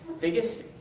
biggest